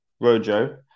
Rojo